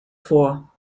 vor